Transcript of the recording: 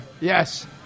Yes